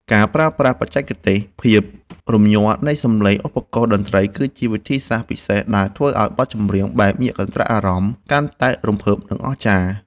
ការប្រើប្រាស់បច្ចេកទេសភាពរំញ័រនៃសំឡេងឧបករណ៍តន្ត្រីគឺជាវិធីសាស្ត្រពិសេសដែលធ្វើឱ្យបទចម្រៀងបែបញាក់កន្ត្រាក់អារម្មណ៍កាន់តែរំភើប និង អស្ចារ្យ។